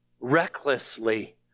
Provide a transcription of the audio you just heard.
recklessly